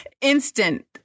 instant